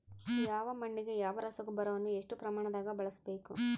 ಯಾವ ಮಣ್ಣಿಗೆ ಯಾವ ರಸಗೊಬ್ಬರವನ್ನು ಎಷ್ಟು ಪ್ರಮಾಣದಾಗ ಬಳಸ್ಬೇಕು?